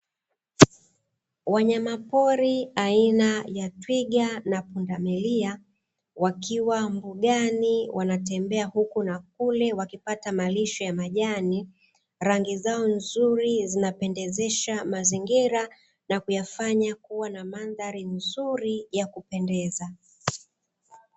Wanyama pori aina ya twiga na pundamilia wakiwa mbugani wanatembea huku na kule wakipata malisho ya majani. Rangi nzuri zinapendezesha mazingira na kuyafanya kua na mandhari nzuri ya kupendeza.